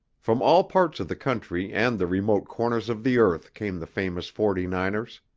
from all parts of the country and the remote corners of the earth came the famous forty-niners.